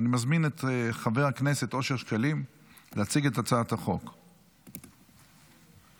אני קובע כי הצעת חוק הארכת השעיה של עובד המדינה ופיטורים